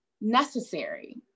necessary